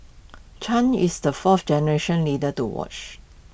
chan is the fourth generation leader to watch